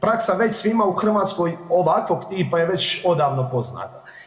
Praksa već svima u Hrvatskoj ovakvog tipa je već odavno poznata.